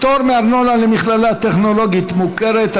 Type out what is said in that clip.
(פטור מארנונה למכללה טכנולוגית מוכרת),